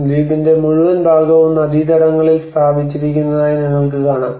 ദ്വീപിന്റെ മുഴുവൻ ഭാഗവും നദീതടങ്ങളിൽ സ്ഥാപിച്ചിരിക്കുന്നതായി നിങ്ങൾക്ക് കാണാം